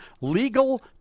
legal